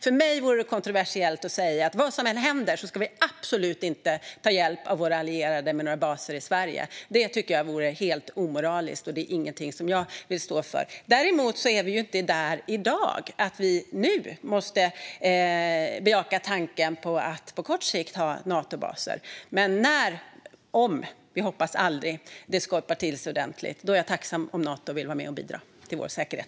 För mig vore det kontroversiellt att säga att vi vad som än händer absolut inte ska ta hjälp av våra allierade med några baser i Sverige. Det tycker jag vore helt omoraliskt, och det är ingenting jag vill stå för. Däremot är vi ju inte där i dag att vi måste bejaka tanken på att på kort sikt ha Natobaser här, men när det skorpar till sig ordentligt - eller om, för vi hoppas ju att det aldrig sker - är jag tacksam om Nato vill vara med och bidra till vår säkerhet.